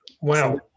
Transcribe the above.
Wow